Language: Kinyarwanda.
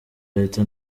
leta